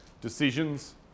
decisions